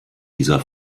dieser